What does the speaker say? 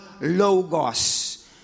logos